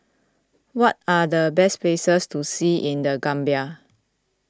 what are the best places to see in the Gambia